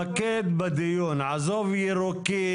תענה לי מקצועית.